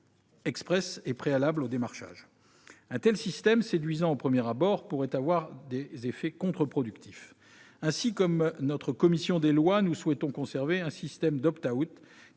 exprès et préalable au démarchage. Ce dernier système, séduisant au premier abord, pourrait avoir des effets contre-productifs. Aussi, comme notre commission des lois, nous souhaitons conserver le système d', qui